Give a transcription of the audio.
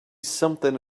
something